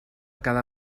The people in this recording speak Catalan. cada